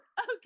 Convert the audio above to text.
Okay